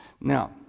Now